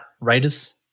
Raiders